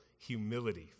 Humility